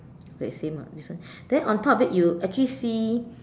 okay same ah this one then on top of it you actually see